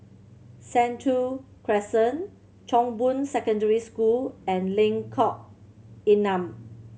Sentul Crescent Chong Boon Secondary School and Lengkok Enam